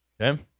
Okay